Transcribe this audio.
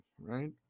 Right